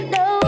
no